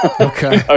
Okay